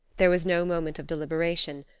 there was no moment of deliberation,